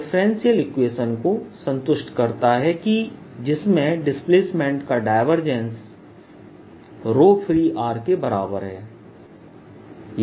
और यह differential equation को संतुष्ट करता है कि जिसमें डिस्प्लेसमेंट का डायवर्जेंस free के बराबर है